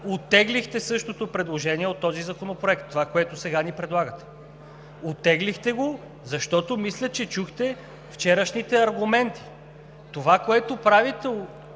оттеглихте същото предложение от този законопроект – това, което сега ни предлагате. Оттеглихте го, защото мисля, че чухте вчерашните аргументи. Това, което правите,